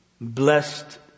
blessed